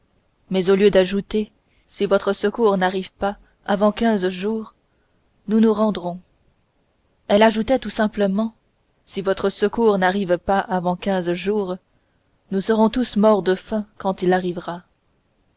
mais au lieu d'ajouter si votre secours n'arrive pas avant quinze jours nous nous rendrons elle ajoutait tout simplement si votre secours n'arrive pas avant quinze jours nous serons tous morts de faim quand il arrivera